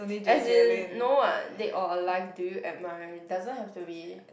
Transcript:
as in no ah dead or alive do you admire doesn't have to be